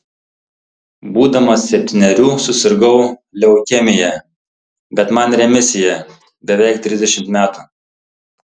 būdamas septynerių susirgau leukemija bet man remisija beveik trisdešimt metų